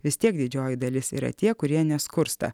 vis tiek didžioji dalis yra tie kurie neskursta